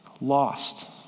lost